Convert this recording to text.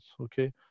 okay